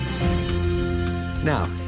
Now